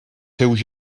seus